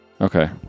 Okay